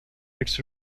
its